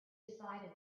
decided